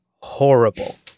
horrible